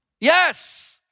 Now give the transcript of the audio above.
Yes